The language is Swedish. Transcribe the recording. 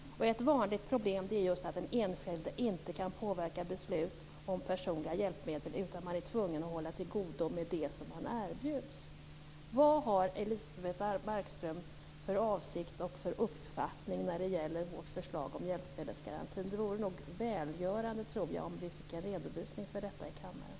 Ett vanligt problem är just att den enskilde inte kan påverka beslut om personliga hjälpmedel, utan man är tvungen att hålla till godo med det som man erbjuds. Vad har Elisebeht Markström för avsikt och för uppfattning när det gäller vårt förslag om hjälpmedelsgarantin? Det vore välgörande, tror jag, om vi fick en redovisning av detta i kammaren.